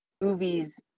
movies